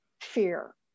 fear